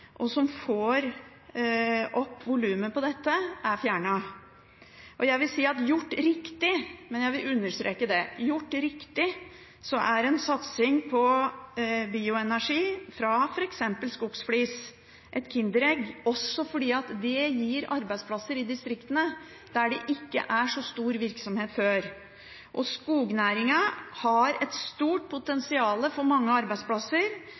og som får opp volumet på dette, er fjernet. Jeg vil si at gjort riktig – jeg vil understreke det, gjort riktig – er en satsing på bioenergi fra f.eks. skogsflis et kinderegg, også fordi det gir arbeidsplasser i distriktene, der det ikke er så stor virksomhet fra før. Skognæringen har et stort potensial for mange arbeidsplasser.